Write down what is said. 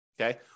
Okay